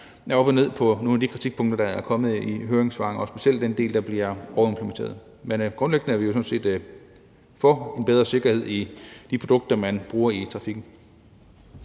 der er op og ned i nogle af de kritikpunkter, der er kommet i høringssvarene – specielt i forhold til den del, hvor der bliver overimplementeret. Men grundlæggende er vi sådan set for en bedre sikkerhed i forbindelse med de produkter, man bruger i trafikken.